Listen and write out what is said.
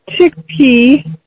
chickpea